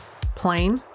plain